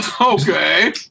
okay